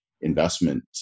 investment